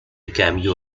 cameo